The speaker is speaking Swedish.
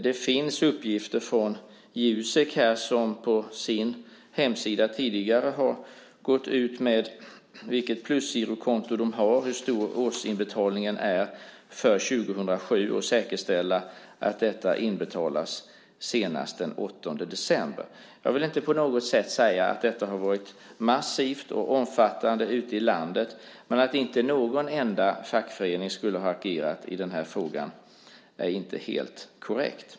Det finns uppgifter om att Jusek tidigare på sin hemsida gått ut med vilket plusgirokonto man har och hur stor årsinbetalningen för 2007 är för att säkerställa att pengarna inbetalas senast den 8 december. Jag vill inte på något sätt säga att detta har varit massivt och omfattande ute i landet, men att inte någon enda fackförening skulle ha agerat i den här frågan är inte helt korrekt.